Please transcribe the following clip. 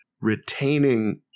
retaining